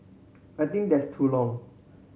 I think that's too long